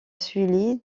souilly